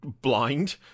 blind